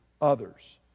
others